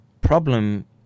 problem